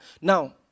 Now